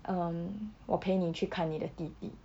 um 我陪你去看你的弟弟